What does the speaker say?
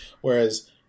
whereas